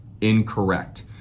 incorrect